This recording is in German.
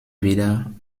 wieder